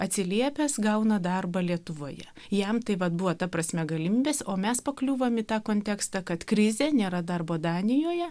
atsiliepęs gauna darbą lietuvoje jam tai vat buvo ta prasme galimybės o mes pakliuvom į tą kontekstą kad krizė nėra darbo danijoje